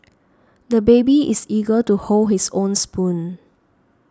the baby is eager to hold his own spoon